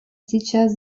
сейчас